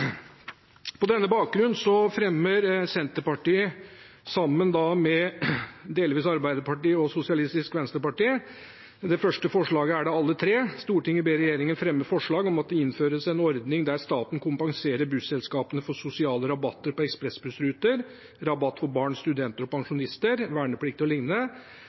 På denne bakgrunnen fremmer Senterpartiet sammen med Arbeiderpartiet og SV følgende forslag: «Stortinget ber regjeringen fremme forslag om at det innføres en ordning der staten kompenserer busselskapene for sosiale rabatter på ekspressbussruter